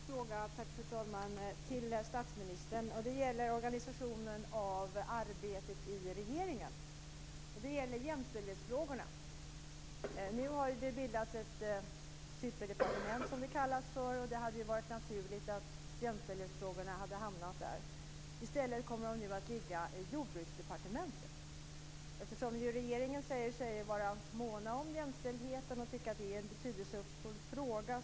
Fru talman! Jag har en fråga till statsministern om organisationen av arbetet i regeringen. Det gäller jämställdhetsfrågorna. Det har bildats ett superdepartement, som det kallas för. Det hade varit naturligt att jämställdhetsfrågorna hade hamnat där. I stället kommer de att ligga i Jordbruksdepartementet. Regeringen säger sig ju vara mån om jämställdheten och tycker att det är en betydelsefull fråga.